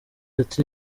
ati